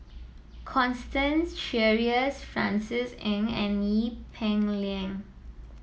Constance Sheares Francis Ng and Ee Peng Liang